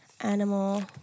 animal